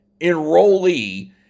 enrollee